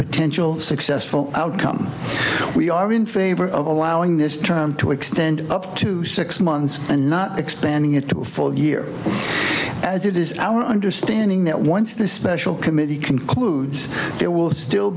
potential successful outcome we are in favor of allowing this term to extend up to six months and not expanding it to a full year as it is our understanding that once the special committee concludes there will still